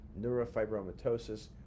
neurofibromatosis